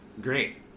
Great